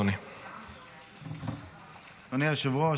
אדוני היושב-ראש,